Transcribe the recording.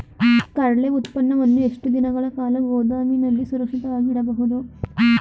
ಕಡ್ಲೆ ಉತ್ಪನ್ನವನ್ನು ಎಷ್ಟು ದಿನಗಳ ಕಾಲ ಗೋದಾಮಿನಲ್ಲಿ ಸುರಕ್ಷಿತವಾಗಿ ಇಡಬಹುದು?